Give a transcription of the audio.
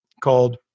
called